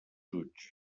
jutge